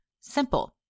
Simple